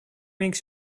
makes